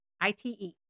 I-T-E